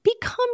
become